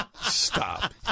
Stop